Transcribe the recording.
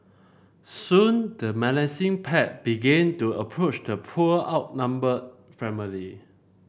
soon the menacing pack began to approach the poor outnumbered family